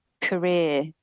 career